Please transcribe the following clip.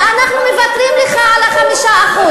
ואנחנו מוותרים לך על ה-5%.